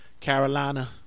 Carolina